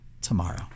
tomorrow